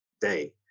day